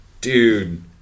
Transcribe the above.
Dude